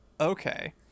Okay